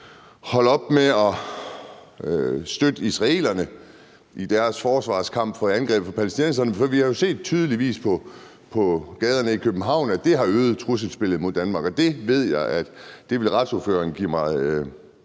holde op med at støtte israelerne i deres forsvarskamp mod angrebet fra palæstinenserne, for vi har jo tydeligt set i gaderne i København, at det har øget trusselsbilledet mod Danmark, og det ved jeg at retsordføreren vil give mig